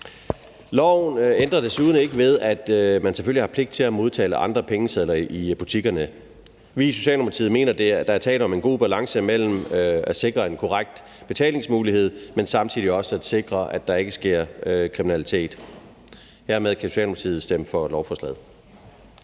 Loven ændrer desuden ikke ved, at man selvfølgelig har pligt til at modtage alle andre pengesedler i butikkerne. Vi i Socialdemokratiet mener, at der er tale om en god balance mellem at sikre en korrekt betalingsmulighed, men samtidig også at sikre, at der ikke sker kriminalitet. Hermed kan Socialdemokratiet stemme for lovforslaget.